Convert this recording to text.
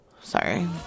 Sorry